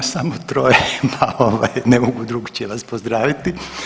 samo troje pa ovaj, ne mogu drukčije vas pozdraviti.